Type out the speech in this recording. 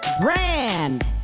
Brand